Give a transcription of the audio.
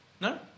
No